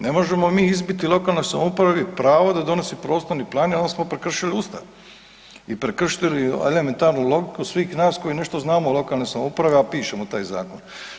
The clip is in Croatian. Ne možemo mi izbiti lokalnoj samoupravi pravo da donosi prostorni plan jer smo prekršili Ustav i prekršitelji elementarnu logiku svih nas koji nešto znamo o lokalnoj samoupravi, a pišemo taj zakon.